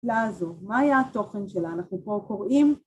לעזור, מהיה התוכן שלנו? אנחנו פה קוראים...